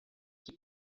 qui